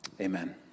amen